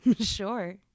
Sure